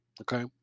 okay